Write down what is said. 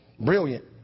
Brilliant